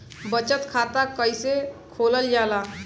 बचत खाता कइसे खोलल जाला?